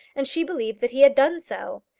and she believed that he had done so.